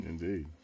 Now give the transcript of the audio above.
Indeed